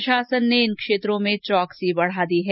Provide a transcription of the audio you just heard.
प्रशासन ने इन क्षेत्रों में चौकसी बढा दी है